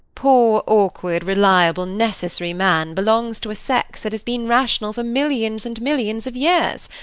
poor, awkward, reliable, necessary man belongs to a sex that has been rational for millions and millions of years.